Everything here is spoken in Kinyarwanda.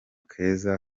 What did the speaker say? keza